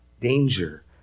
danger